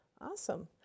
Awesome